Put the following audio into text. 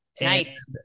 Nice